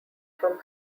from